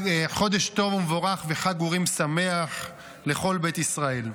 חודש טוב ומבורך וחג אורים שמח לכל בית ישראל.